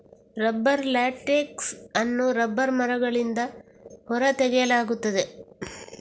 rubber latex ಅನ್ನು rubber ಮರಗಳಿಂದ ಹೊರ ತೆಗೆಯಲಾಗುತ್ತದೆ